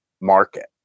market